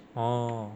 oh